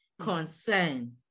concern